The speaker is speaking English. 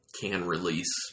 can-release